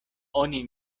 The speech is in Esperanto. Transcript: oni